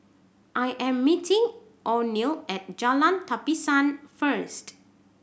I am meeting Oneal at Jalan Tapisan first